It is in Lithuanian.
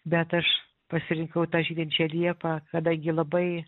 bet aš pasirinkau tą žydinčią liepą kadangi labai